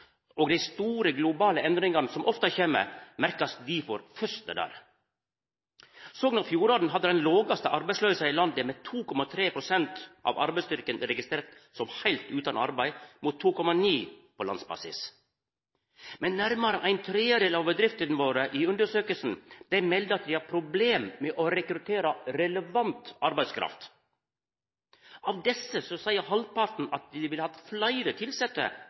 og dei store globale endringane som ofte kjem, merkar ein difor først der. Sogn og Fjordane hadde den lågaste arbeidsløysa i landet, med 2,3 pst. av arbeidsstyrken registrert som heilt utan arbeid, mot 2,9 pst. på landsbasis. Men nærmare ⅓ av bedriftene i undersøkinga melder at dei har problem med å rekruttera relevant arbeidskraft. Av desse seier halvparten at dei ville hatt fleire tilsette